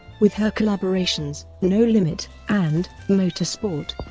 with her collaborations no limit and motorsport,